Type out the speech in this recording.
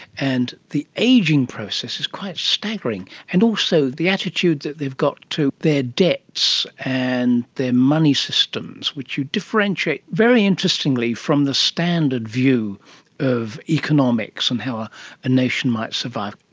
and the ageing process is quite staggering, and also the attitude that they've got to their debts and their money systems, which you differentiate very interestingly from the standard view of economics and how a nation might survive.